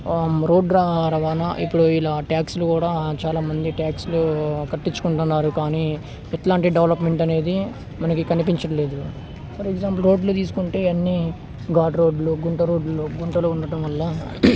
road ర రవాణా ఇప్పుడు ఇలా ట్యాక్స్లు కూడా చాలామంది ట్యాక్స్లు కట్టించుకుంటున్నారు కానీ ఎట్లాంటి డెవలప్మెంట్ అనేది మనకి కనిపించట్లేదు ఫర్ ఎగ్జాంపుల్ రోడ్లు తీసుకుంటే అన్ని ఘాట్ రోడ్లు గుంట రోడ్లు గుంటలు ఉండటం వల్ల